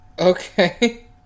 Okay